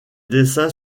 dessins